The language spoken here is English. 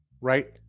right